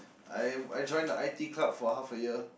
I I join the i_t club for half a year